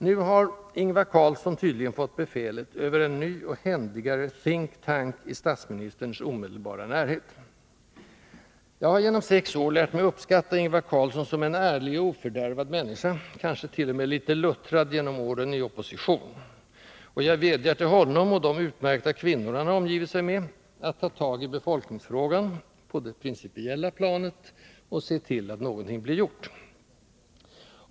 Nu har Ingvar Carlsson tydligen fått befälet över en ny och händigare think-tank i statsministerns omedelbara närhet. Jag har genom sex år lärt mig uppskatta Ingvar Carlsson som en ärlig och ofördärvad människa — kansket.o.m. litet luttrad genom åren i opposition — och jag vädjar till honom, och de utmärkta kvinnor han har omgivit sig med, att ta tag i befolkningsfrågan, på det principiella planet, och se till att någonting blir gjort.